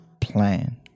plan